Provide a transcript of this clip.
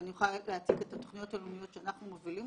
ואני יכולה להציג את התכניות הלאומיות שאנחנו מובילים,